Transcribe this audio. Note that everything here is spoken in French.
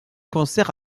concert